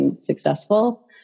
successful